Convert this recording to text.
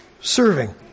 serving